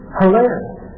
hilarious